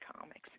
comics